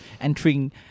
entering